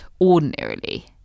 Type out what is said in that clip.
ordinarily